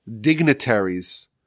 dignitaries